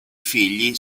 figli